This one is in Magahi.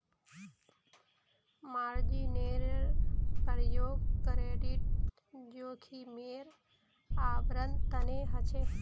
मार्जिनेर प्रयोग क्रेडिट जोखिमेर आवरण तने ह छे